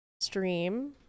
stream